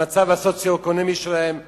המצב הסוציו-אקונומי שלהם קשה,